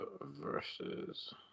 versus